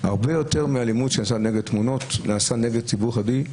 הרבה יותר מהאלימות נגד הציבור הערבי.